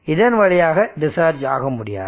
இதன் வழியாக டிஸ்சார்ஜ் ஆக முடியாது